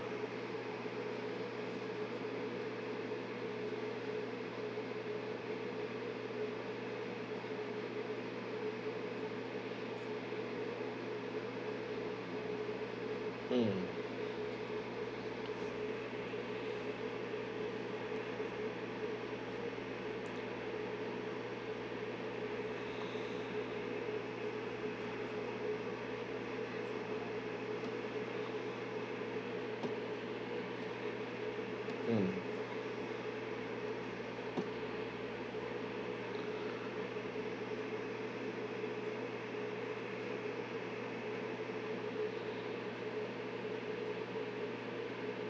mm mm